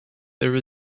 there